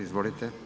Izvolite.